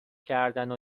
کردنو